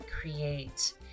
create